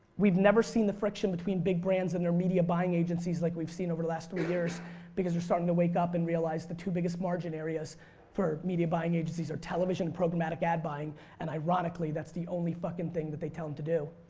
we've never seen the friction between big brands and their media buying agencies like we've seen over the last three years because they're starting to wake up and realize the two biggest margin areas for media buying agencies are television and programmatic ad buying and ironically that's the only fucking thing that they tell them to do.